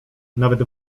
nawet